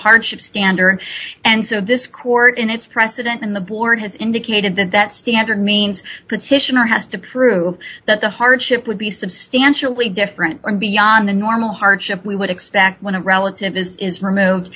hardship standard and so this court in its precedent in the board has indicated that that standard means petitioner has to prove that the hardship would be substantially different or beyond the normal hardship we would expect when a relative is removed